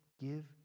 give